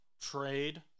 trade